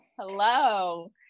Hello